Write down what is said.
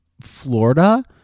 Florida